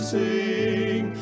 sing